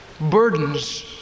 burdens